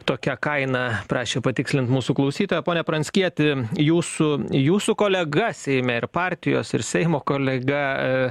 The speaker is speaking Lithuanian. tokia kaina prašė patikslint mūsų klausytoja pone pranckieti jūsų jūsų kolega seime ir partijos ir seimo kolega